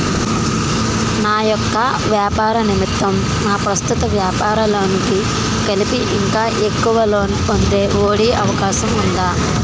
నా యెక్క వ్యాపార నిమిత్తం నా ప్రస్తుత వ్యాపార లోన్ కి కలిపి ఇంకా ఎక్కువ లోన్ పొందే ఒ.డి అవకాశం ఉందా?